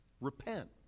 Repent